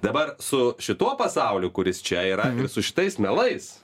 dabar su šituo pasauliu kuris čia yra ir su šitais melais